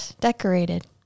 decorated